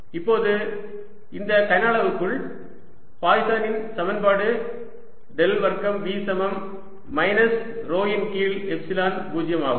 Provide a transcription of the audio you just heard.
இப்போது இந்த கனஅளவுக்குள் பாய்சனின் சமன்பாடு டெல் வர்க்கம் V சமம் மைனஸ் ρ இன் கீழ் எப்சிலன் 0 ஆகும்